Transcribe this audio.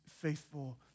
faithful